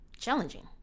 challenging